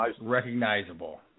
recognizable